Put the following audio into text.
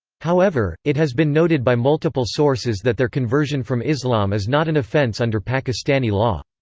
however, it has been noted by multiple sources that there conversion from islam is not an offense under pakistani law.